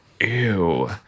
Ew